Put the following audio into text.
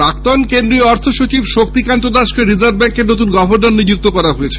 প্রাক্তন অর্থসচিব শক্তিকান্ত দাসকে রিজার্ভ ব্যাঙ্কের নতুন গভর্নর নিযুক্ত করা হয়েছে